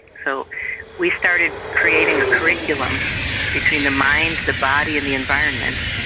so we started creating a curriculum between the mind, the body and the environment.